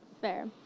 Fair